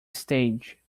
stage